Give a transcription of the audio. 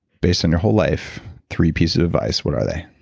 based on your whole life, three pieces of advice. what are they?